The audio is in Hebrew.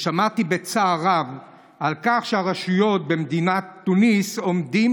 ושמעתי בצער רב על כך שהרשויות בתוניס עומדות,